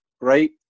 right